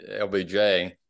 LBJ